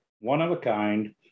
one-of-a-kind